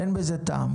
אין בזה טעם.